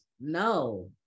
no